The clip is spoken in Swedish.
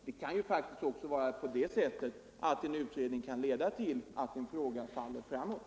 Det kan ju faktiskt också vara så att en utredning leder till att en fråga faller framåt.